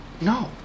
no